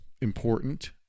important